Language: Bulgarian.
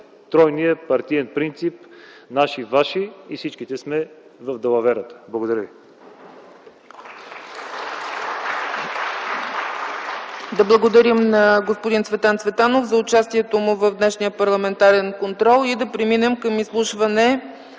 тройния партиен принцип „наши-ваши и всичките сме в далаверата”. Благодаря.